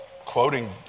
quoting